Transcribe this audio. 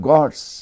God's